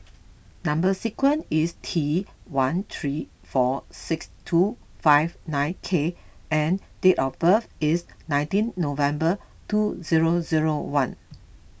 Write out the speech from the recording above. Number Sequence is T one three four six two five nine K and date of birth is nineteen November two zero zero one